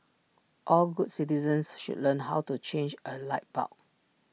all good citizens should learn how to change A light bulb